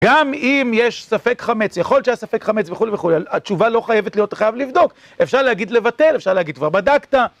גם אם יש ספק חמץ, יכול להיות שהיה ספק חמץ וכולי וכולי, התשובה לא חייבת להיות, אתה חייב לבדוק, אפשר להגיד לבטל, אפשר להגיד כבר בדקת.